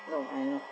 no I'm not